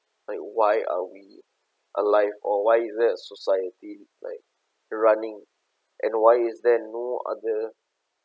like why are we alive or why is there have society like you're running and why is there no other